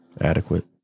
Adequate